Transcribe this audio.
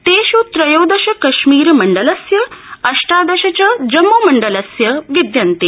तेष् त्रयोदश कश्मीरमंडलस्य अष्टादश च जम्मुमंडलस्य विदयन्ते